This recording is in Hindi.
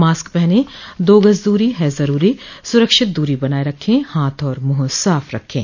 मास्क पहनें दो गज दूरी है जरूरी सुरक्षित दूरी बनाए रखें हाथ और मुंह साफ रखें